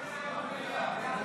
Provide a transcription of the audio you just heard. --- במליאה.